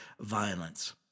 violence